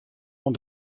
oan